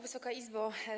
Wysoka Izbo!